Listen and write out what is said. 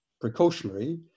precautionary